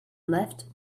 left